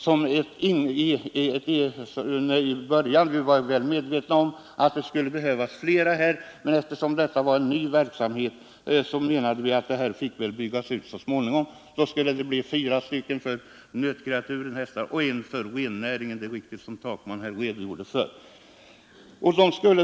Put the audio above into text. Vi var väl medvetna om att det skulle behövas flera sådana specialister, men eftersom det gäller en ny verksamhet menade vi att antalet fick utökas så småningom. Av de fem skulle fyra ägna sig åt nötkreatur och hästar och en åt rennäringen, som herr Takman mycket riktigt redogjorde för.